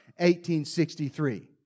1863